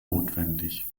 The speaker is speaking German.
notwendig